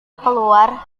keluar